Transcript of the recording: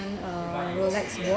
a rolex watch